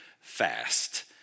fast